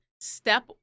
step